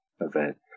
event